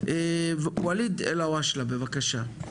ואליד אלהואשלה, בבקשה.